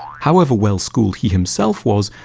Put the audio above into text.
however well-schooled he himself was,